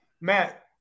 Matt